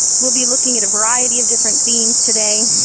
we'll be looking at a variety of different themes today.